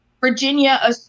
Virginia